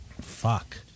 Fuck